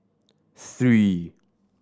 three